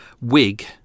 wig